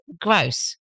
Gross